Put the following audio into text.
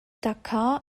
dakar